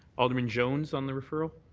alderman jones on the referral?